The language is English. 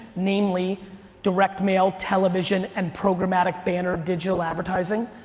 namely direct mail, television, and programmatic banner digital advertising,